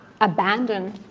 abandon